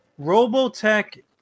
Robotech